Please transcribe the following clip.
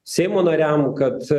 seimo nariam kad